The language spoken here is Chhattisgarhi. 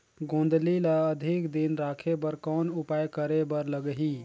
गोंदली ल अधिक दिन राखे बर कौन उपाय करे बर लगही?